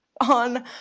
on